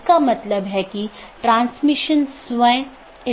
जैसा कि हमने देखा कि रीचैबिलिटी informations मुख्य रूप से रूटिंग जानकारी है